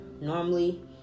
normally